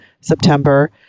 September